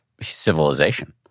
civilization